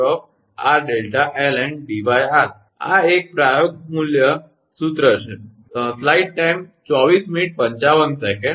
0301√𝑟𝛿ln𝐷𝑟 આ એક પ્રયોગમૂલક સૂત્ર છે બરાબર